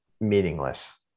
meaningless